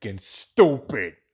stupid